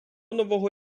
нового